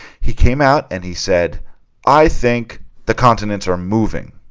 he came out and he said i think the continents are moving